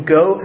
go